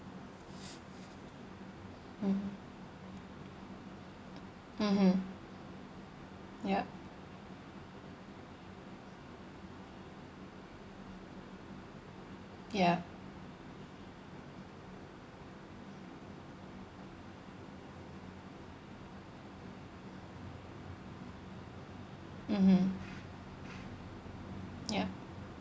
mm mmhmm yup yup mmhmm ya